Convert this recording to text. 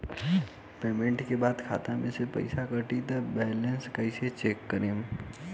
Payment के बाद खाता मे से पैसा कटी त बैलेंस कैसे चेक करेम?